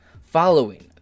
Following